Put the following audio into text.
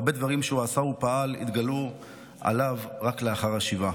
הרבה דברים שהוא עשה ופעל התגלו עליו רק לאחר השבעה.